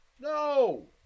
No